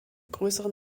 größeren